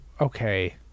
okay